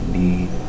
need